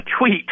tweet